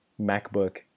MacBook